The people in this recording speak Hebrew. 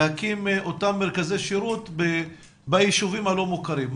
להקים אותם מרכזי שירות ביישובים הלא מוכרים.